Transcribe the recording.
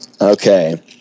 Okay